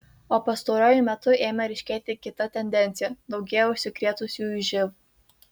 o pastaruoju metu ėmė ryškėti kita tendencija daugėja užsikrėtusiųjų živ